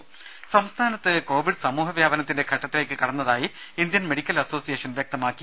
രുര സംസ്ഥാനത്ത് കൊവിഡ് സമൂഹവ്യാപനത്തിന്റെ ഘട്ടത്തിലേക്ക് കടന്നതായി ഇന്ത്യൻ മെഡിക്കൽ അസോസിയേഷൻ വ്യക്തമാക്കി